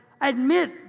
admit